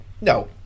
No